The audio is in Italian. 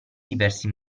diversi